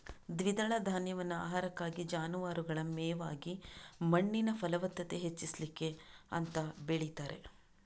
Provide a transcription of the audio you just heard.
ದ್ವಿದಳ ಧಾನ್ಯವನ್ನ ಆಹಾರಕ್ಕಾಗಿ, ಜಾನುವಾರುಗಳ ಮೇವಾಗಿ ಮಣ್ಣಿನ ಫಲವತ್ತತೆ ಹೆಚ್ಚಿಸ್ಲಿಕ್ಕೆ ಅಂತ ಬೆಳೀತಾರೆ